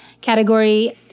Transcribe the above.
category